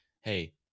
hey